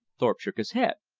thorpe shook his head.